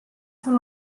són